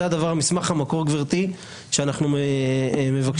זה מסמך המקור, גברתי, שאנחנו מבקשים.